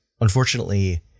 unfortunately